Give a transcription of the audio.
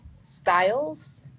styles